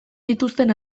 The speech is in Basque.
dituzten